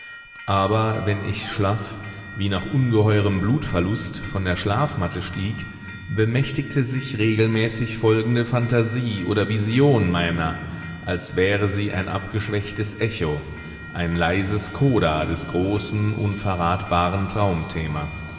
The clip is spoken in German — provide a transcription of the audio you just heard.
aber wenn ich schlaff wie nach ungeheurem blutverlust von der schlafmatte stieg bemächtigte sich regelmäßig folgende phantasie oder vision meiner als wäre sie ein abgeschwächtes echo ein leises coda des großen unverratbaren traumthemas